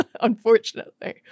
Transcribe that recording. unfortunately